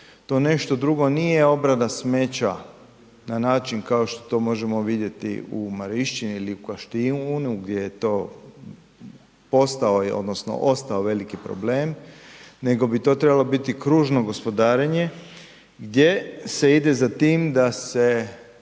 to nešto drugo nije obrada smeća na način kao što možemo vidjeti u Marišćini ili Kaštijunu gdje je to postao odnosno ostao veliki problem nego bi to trebalo biti kružno gospodarenje gdje se ide za tim da se